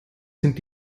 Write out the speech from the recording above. sind